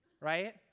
right